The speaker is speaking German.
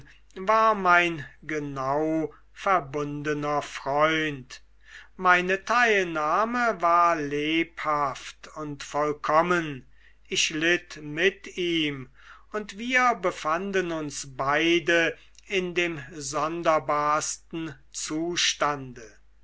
war mein genau verbundener freund meine teilnahme war lebhaft und vollkommen ich litt mit ihm und wir befanden uns beide in dem sonderbarsten zustande